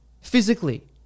physically